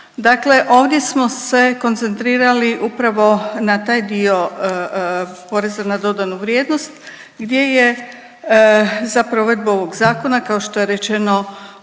Dakle, ovdje smo se koncentrirali upravo na taj dio PDV-a gdje je za provedbu ovog zakona kao što je rečeno